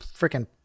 freaking